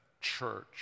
church